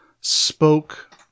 spoke